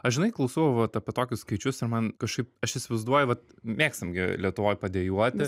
aš žinai klausau vat apie tokius skaičius ir man kažkaip aš įsivaizduoju vat mėgstam gi lietuvoj padejuoti